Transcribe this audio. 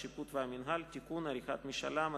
השיפוט והמינהל) (תיקון) (עריכת משאל עם),